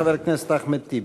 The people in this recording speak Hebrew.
חבר הכנסת אחמד טיבי.